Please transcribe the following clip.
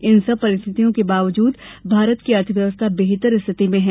इन सब परिस्थितियों के बावजूद भारत की अर्थव्यवस्था बेहतर स्थिति में है